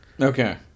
okay